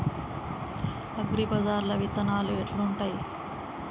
అగ్రిబజార్ల విత్తనాలు ఎట్లుంటయ్?